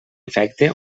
efecte